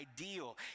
ideal